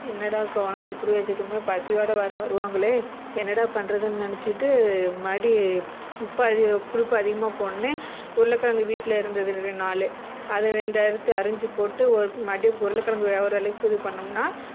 என்னடா குழம்பு இப்படி வச்சிட்டோமே பசியோடு வேறே வருவாங்களே என்னடா பண்றதுன்னு நினைச்சிக்கிட்டு மறுபடி உப்பை அது புளிப்பு அதிகமாக போனவுடனே உருளக்கிழங்கு வீட்டில் இருந்தது நாலு அதை ரெண்டு எடுத்து அரிஞ்சு போட்டு ஒரு மறுபடியும் உருளக்கிழங்கு வேகிற அளவுக்கு இது பண்ணோம்ன்னா